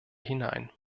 hinein